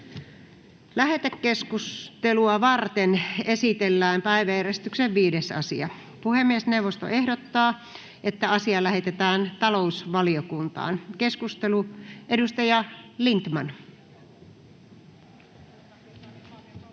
Lähetekeskustelua varten esitellään päiväjärjestyksen 5. asia. Puhemiesneuvosto ehdottaa, että asia lähetetään talousvaliokuntaan. — Keskustelu, edustaja Lindtman. [Speech